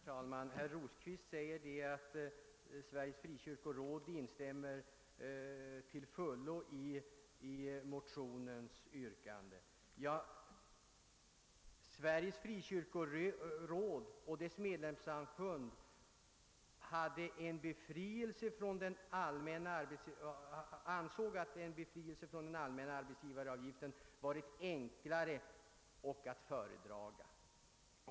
Herr talman! Herr Rosqvist gör gällande att Sveriges frikyrkoråd till fullo instämmer i motionsyrkandet. Sveriges frikyrkoråd och dess medlemssamfund anser att »en befrielse från den allmänna arbetsgivaravgiften varit enklare och att föredraga.